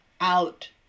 out